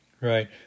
Right